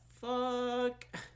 Fuck